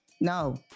No